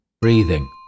Breathing